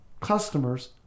customers